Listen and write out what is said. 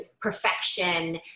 perfection